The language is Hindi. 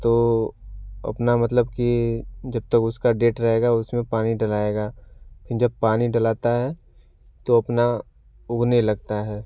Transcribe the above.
तो अपना मतलब कि जब तक उसका डेट रहेगा उसमें पानी डलाएगा जब पानी डलाता है तो अपना उगने लगता है